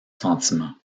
sentiment